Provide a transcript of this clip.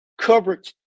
coverage